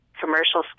commercial